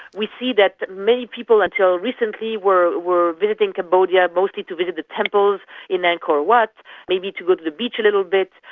we see that that many people until recently were were visiting cambodia, mostly to visit the temples in angkor wat, maybe to go to the beach a little bit,